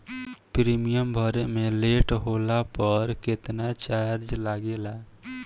Premium भरे मे late होला पर केतना चार्ज लागेला?